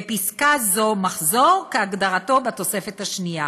בפסקה זו, "מחזור" כהגדרתו בתוספת השנייה.